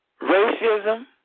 racism